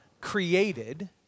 created